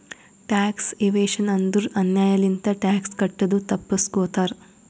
tax evasion ಅಂದುರ್ ಅನ್ಯಾಯ್ ಲಿಂತ ಟ್ಯಾಕ್ಸ್ ಕಟ್ಟದು ತಪ್ಪಸ್ಗೋತಾರ್